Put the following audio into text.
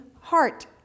heart